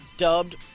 Dubbed